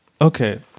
Okay